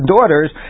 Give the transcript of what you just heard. daughters